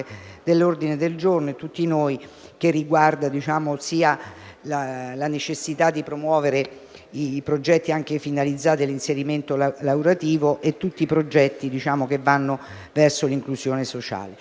l'ordine del giorno G1, che riguarda la necessità di promuovere i progetti finalizzati all'inserimento lavorativo e tutti i progetti che vanno verso l'inclusione sociale.